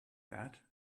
that